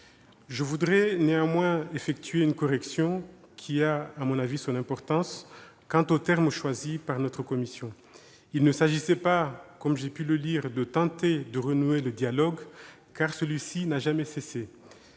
Je voudrais néanmoins effectuer une correction, qui a son importance, quant aux termes choisis par notre commission. Il ne s'agissait pas, comme j'ai pu le lire, de « tenter de renouer le dialogue », car celui-ci n'a jamais cessé.